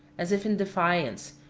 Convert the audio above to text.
as if in defiance,